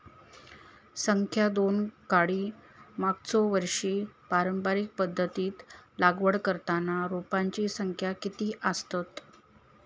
संख्या दोन काडी मागचो वर्षी पारंपरिक पध्दतीत लागवड करताना रोपांची संख्या किती आसतत?